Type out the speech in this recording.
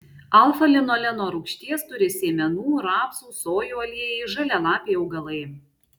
alfa linoleno rūgšties turi sėmenų rapsų sojų aliejai žalialapiai augalai